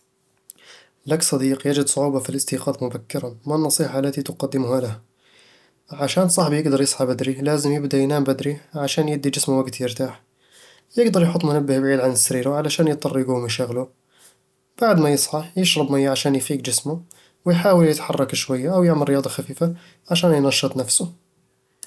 لك صديق يجد صعوبة في الاستيقاظ مبكرًا. ما النصيحة التي تقدمها له؟ عشان صاحبي يقدر يصحى بدري، لازم يبدأ ينام بدري عشان يدي جسمه وقت يرتاح يقدر يحط منبه بعيد عن سريره علشان يضطر يقوم يشغله بعد ما يصحى، يشرب مية عشان يفيق جسمه، ويحاول يتحرك شوية أو يعمل رياضة خفيفة عشان ينشط نفسه